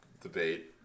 debate